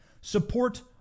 support